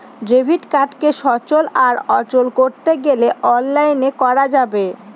debit কার্ডকে সচল আর অচল করতে গেলে অনলাইনে করা যাবে